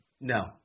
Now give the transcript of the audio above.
no